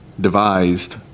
devised